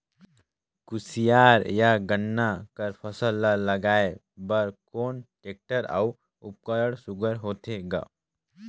कोशियार या गन्ना कर फसल ल लगाय बर कोन टेक्टर अउ उपकरण सुघ्घर होथे ग?